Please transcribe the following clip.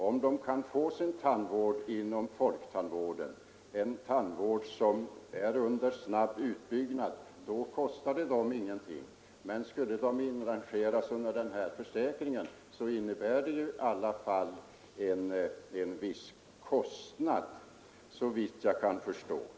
Om de kan få sin tandvård inom folktandvården — som är under snabb utbyggnad — kostar den ingenting, men skulle de inrangeras i försäkringen, innebär det i alla fall en viss kostnad, såvitt jag kan förstå.